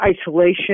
isolation